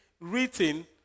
written